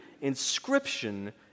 inscription